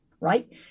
right